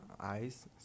Eyes